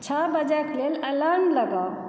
छओ बजेक लेल अलार्म लगाउ